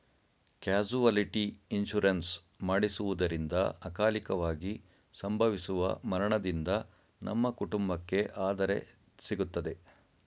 casualty insurance ಮಾಡಿಸುವುದರಿಂದ ಅಕಾಲಿಕವಾಗಿ ಸಂಭವಿಸುವ ಮರಣದಿಂದ ನಮ್ಮ ಕುಟುಂಬಕ್ಕೆ ಆದರೆ ಸಿಗುತ್ತದೆ